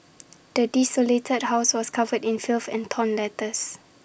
the desolated house was covered in filth and torn letters